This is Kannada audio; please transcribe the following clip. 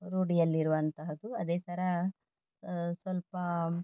ರೂಢಿಯಲ್ಲಿರುವಂತಹದು ಅದೇ ಥರ ಸ್ವಲ್ಪ